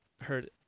heard